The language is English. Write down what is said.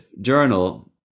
journal